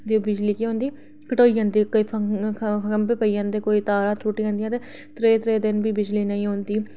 ते बिजली केह् होंदी कटोई जंदी कोई खंभे पेई जंदे ते कोई तारां पटोई जंदियां त्रै त्रै दिन बी बिजली नेईं औंदी